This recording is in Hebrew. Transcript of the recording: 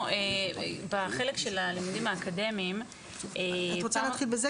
בחלק של הלימודים האקדמיים --- את רוצה להתחיל בזה?